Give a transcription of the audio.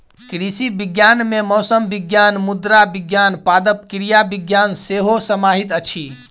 कृषि विज्ञान मे मौसम विज्ञान, मृदा विज्ञान, पादप क्रिया विज्ञान सेहो समाहित अछि